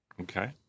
Okay